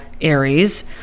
Aries